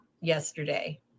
yesterday